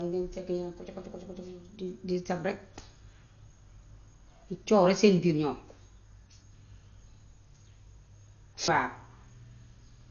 fekk leen ko coko coko coko di di sab rekk. Coow la seen biir ñoom saar.